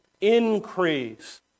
increase